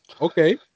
okay